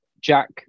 Jack